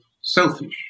selfish